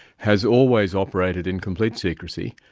has always operated in complete secrecy,